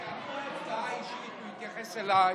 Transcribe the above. הודעה אישית, הוא התייחס אליי.